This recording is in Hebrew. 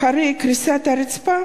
אחרי קריסת הרצפה